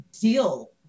deal